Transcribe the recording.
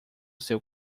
seu